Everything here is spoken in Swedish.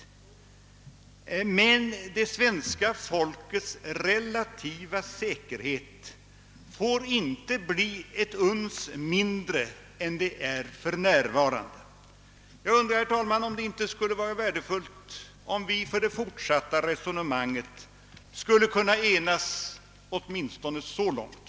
Men det svenska folkets relativa säkerhet får inte bli ett uns mindre än den är för närvarande, Jag undrar, herr talman, om det inte skulle vara värdefullt om vi för det fortsatta resonemanget kunde enas åtminstone så långt.